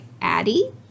Addie